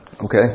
Okay